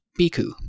Biku